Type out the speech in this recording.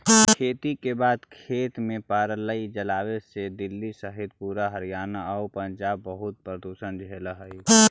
खेती के बाद खेत में पराली जलावे से दिल्ली सहित पूरा हरियाणा आउ पंजाब बहुत प्रदूषण झेलऽ हइ